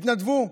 הם התנדבו,